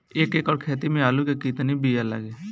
एक एकड़ खेती में आलू के कितनी विया लागी?